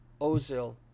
Ozil